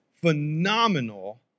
phenomenal